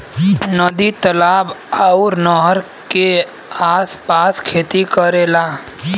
नदी तालाब आउर नहर के आस पास खेती करेला